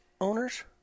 owners